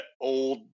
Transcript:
old